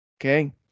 Okay